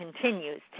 continues